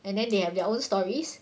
and then they have their own stories